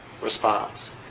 response